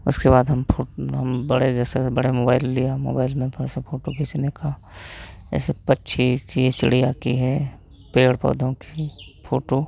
उसके बाद हम फो हम बड़े जैसे बड़े मोबाइल लिया मोबाइल में से फोटो खींचने का जैसे पक्षी की चिड़िया की है पेड़ पौधों की है फोटो